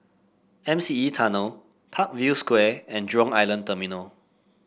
M C E Tunnel Parkview Square and Jurong Island Terminal